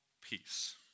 peace